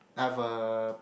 have a